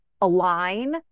align